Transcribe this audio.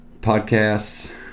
podcasts